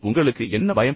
உங்களுக்கு என்ன பயம்